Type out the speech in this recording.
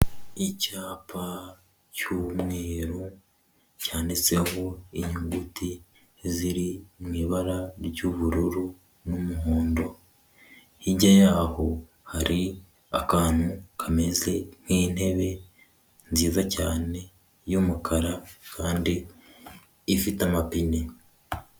Icyapa cy'umweru cyanditseho inyuguti ziri mu ibara ry'ubururu n'umuhondo. Hirya y'aho hari akantu kameze nk'intebe nziza cyane y'umukara kandi ifite amapine.